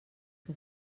que